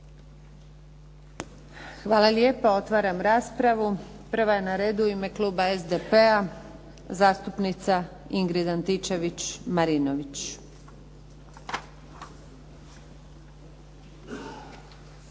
Hvala lijepa. Otvaram raspravu. Prva je na redu u ime kluba SDP-a zastupnica Ingrid Antičević-Marinović.